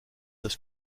das